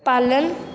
पालन